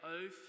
oath